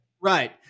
Right